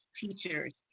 teachers